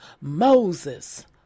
Moses